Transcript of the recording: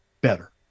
better